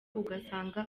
ugasanga